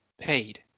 paid